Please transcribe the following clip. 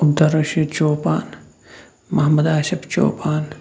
Abdul Rashid Chopan Mohammad Asif Chopan